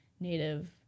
native